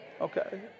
Okay